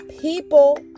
people